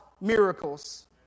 miracles